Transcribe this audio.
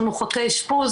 של מורחקי אשפוז,